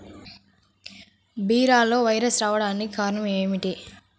బీరలో వైరస్ రావడానికి కారణం ఏమిటి?